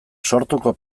sortuko